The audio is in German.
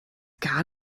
gar